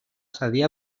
cedir